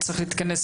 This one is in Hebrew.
זכויות